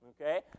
okay